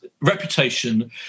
reputation